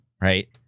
right